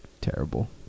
terrible